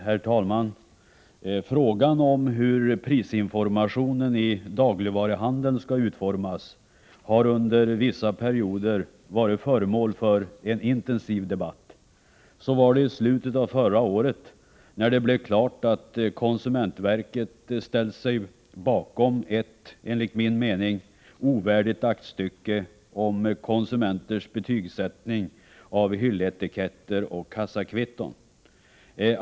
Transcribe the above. Herr talman! Frågan om hur prisinformationen i dagligvaruhandeln skall utformas har under vissa perioder varit föremål för en intensiv debatt. Så var det i slutet av förra året när det blev klart att konsumentverket ställt sig bakom ett enligt min mening ovärdigt aktstycke om konsumenternas betygsättning av hylletiketter och kassakvitton.